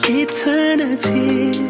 eternity